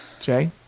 Jay